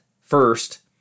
first